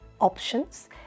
options